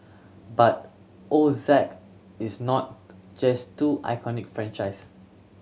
but O Z is not just two iconic franchise